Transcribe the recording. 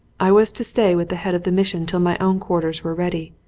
i was to stay with the head of the mission till my own quarters were ready.